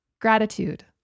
gratitude